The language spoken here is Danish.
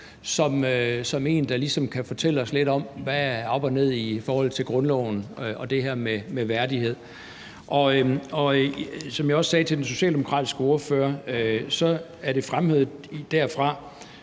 som en, der ligesom kan fortælle os lidt om, hvad der er op og ned i forhold til grundloven og det her med værdighed. Og som jeg også sagde til den socialdemokratiske ordfører, er det fremhævet af